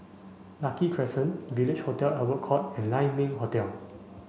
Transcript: Lucky Crescent Village Hotel Albert Court and Lai Ming Hotel